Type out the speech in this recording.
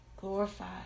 glorified